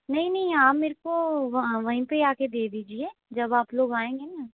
नहीं नहीं आप मेरे को वहाँ वहीं पर आ कर दे दीजिए जब आप लोग आएंगे न